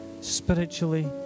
spiritually